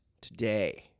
today